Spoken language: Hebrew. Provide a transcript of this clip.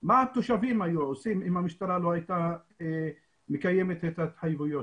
לא, לא ימנע גם.